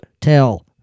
tell